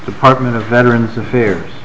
department of veterans affairs